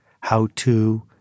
How-To